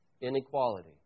inequality